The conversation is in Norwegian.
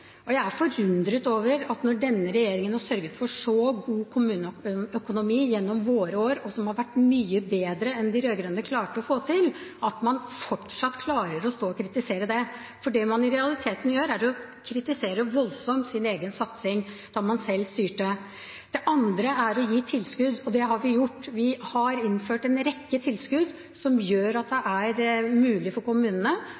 kommuneøkonomi. Jeg er forundret over at man, når denne regjeringen har sørget for så god kommuneøkonomi gjennom sine år, som har vært mye bedre enn den de rød-grønne klarte å få til, fortsatt klarer å stå og kritisere det. Det man i realiteten gjør, er å kritisere voldsomt sin egen satsing da man selv styrte. Den andre er å gi tilskudd, og det har vi gjort. Vi har innført en rekke tilskudd som gjør at det